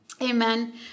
amen